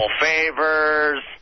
Favors